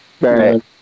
Right